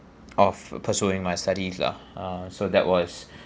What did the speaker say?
of pursuing my studies lah uh so that was